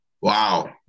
Wow